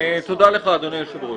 תודה לך, אדוני היושב-ראש.